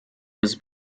was